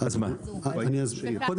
אני אסביר.